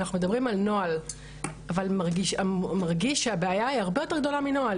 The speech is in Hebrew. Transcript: אנחנו מדברים על נוהל אבל מרגיש שהבעיה היא הרבה יותר גדולה מנוהל.